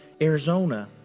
Arizona